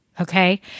okay